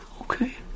Okay